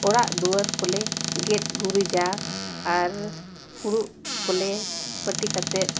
ᱚᱲᱟᱜ ᱫᱩᱣᱟᱹᱨ ᱠᱚᱞᱮ ᱜᱮᱡ ᱜᱩᱨᱤᱡᱟ ᱟᱨ ᱯᱷᱩᱲᱩᱜ ᱠᱚᱞᱮ ᱯᱟᱹᱴᱤ ᱠᱟᱛᱮᱫ